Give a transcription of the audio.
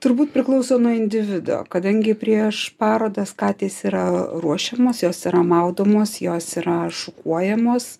turbūt priklauso nuo individo kadangi prieš parodas katės yra ruošiamos jos yra maudomos jos yra šukuojamos